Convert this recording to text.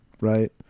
right